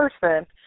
person